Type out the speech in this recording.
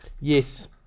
Yes